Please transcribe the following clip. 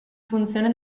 funzione